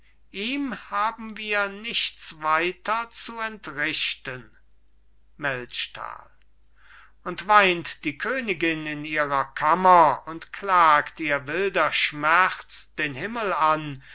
ihm haben wir nichts weiter zu entrichten melchtal und weint die königin in ihrer kammer und klagt ihr wilder schmerz den himmel an